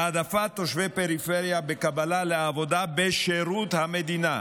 העדפת תושבי פריפריה בקבלה לעבודה בשירות המדינה,